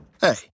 Hey